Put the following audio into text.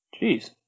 Jeez